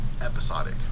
episodic